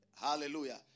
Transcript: Hallelujah